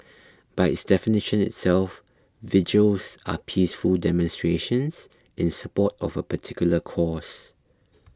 by its definition itself vigils are peaceful demonstrations in support of a particular cause